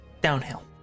Downhill